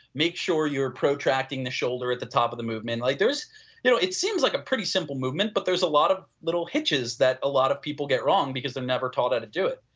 make sure you are protracting the shoulder at the top of the movement. like you know it seems like a pretty simple movement but there is a lot of little hitches that a lot of people get wrong because they're never taught how to do it.